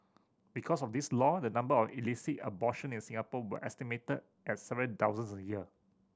because of this law the number of illicit abortion in Singapore were estimated at several thousands a year